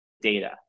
data